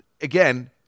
again